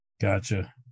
Gotcha